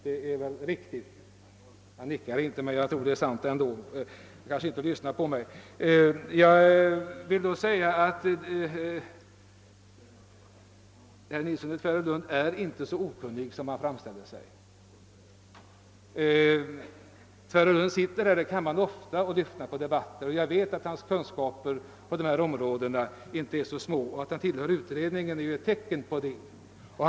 Det är väl riktigt, herr Nilsson i Tvärålund? Herr Nilsson i Tvärålund nickar inte — han kanske inte lyssnar på mig — men jag tror att det är så. Han är nog emellertid inte så okunnig som han framställer sig i dessa frågor. Han sitter ofta i denna kammare och lyssnar på debatterna, och jag vet att hans kunskaper på detta område inte är så små. Att han tillhör utredningen är också ett tecken på detta.